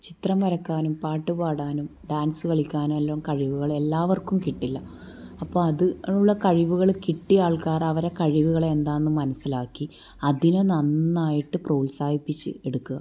ചിത്രം വരക്കാനും പാട്ടുപാടാനും ഡാൻസ് കളിക്കാനും എല്ലൊം കഴിവ് എല്ലാവർക്കും കിട്ടില്ല അപ്പോൾ അതിനുള്ള കഴിവുകൾ കിട്ടിയ ആൾക്കാർ അവരെ കഴിവുകൾ എന്താണെന്ന് മനസ്സിലാക്കി അതിനെ നന്നായിട്ട് പ്രോത്സാഹിപ്പിച്ച് എടുക്കുക